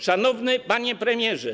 Szanowny Panie Premierze!